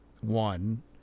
one